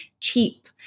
cheap